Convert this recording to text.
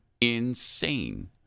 insane